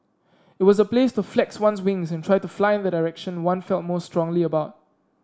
it was a place to flex one's wings and try to fly in the direction one felt most strongly about